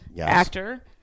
Actor